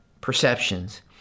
perceptions